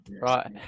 Right